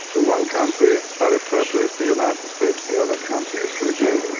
the one country i refer to is the united states, the other country is libya.